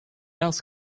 else